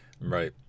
Right